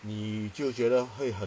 你就觉得会很